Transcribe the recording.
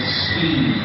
speed